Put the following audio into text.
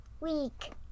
week